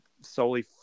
solely